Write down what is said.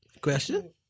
Question